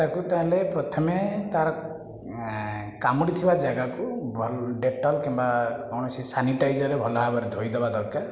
ତାକୁ ତାହେଲେ ପ୍ରଥମେ ତାର କାମୁଡ଼ିଥିବା ଜାଗାକୁ ଭଲ୍ ଡେଟଲ କିମ୍ବା କୌଣସି ସାନିଟାଇଜର ରେ ଭଲ ଭାବରେ ଧୋଇ ଦେବା ଦରକାର